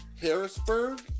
Harrisburg